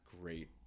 great